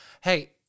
Hey